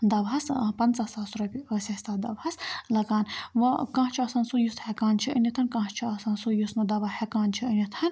دَوہَس ٲں پَنٛژاہ ساس رۄپیہِ ٲسۍ اسہِ تَتھ دوہَس لَگان وۄنۍ کانٛہہ چھُ آسان سُہ یُس ہیٚکان چھُ أنِتھ کانٛہہ چھُ آسان سُہ یُس نہٕ دَوا ہیٚکان چھُ أنِتھ